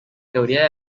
teoría